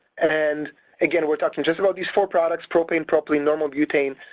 and again we're talking just about these four products, propane, propylene normal, butane,